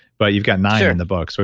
but you've got nine in the book. so